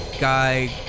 guy